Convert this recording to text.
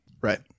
Right